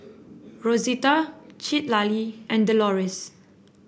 Rosita Citlalli and Deloris